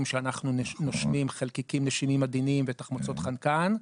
שאנחנו נושמים חלקיקים נשימים עדינים ותחמוצות חנקן,